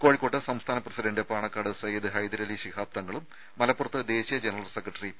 കോഴിക്കോട്ട് സംസ്ഥാന പ്രസിഡന്റ് പാണക്കാട് സയ്യിദ് ഹൈദരലി ശിഹാബ് തങ്ങളും മലപ്പുറത്ത് ദേശീയ ജനറൽ സെക്രട്ടറി പി